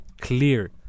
clear